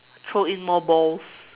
throw in more balls